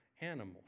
animals